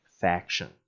faction